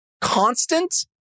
constant